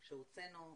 שהוצאנו,